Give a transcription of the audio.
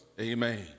amen